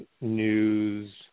news